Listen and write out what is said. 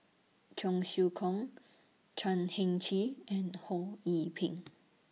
Cheong Siew Keong Chan Heng Chee and Ho Yee Ping